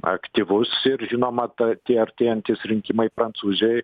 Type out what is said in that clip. aktyvus ir žinoma ta tie artėjantys rinkimai prancūzijoj